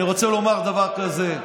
אני רוצה לומר דבר כזה,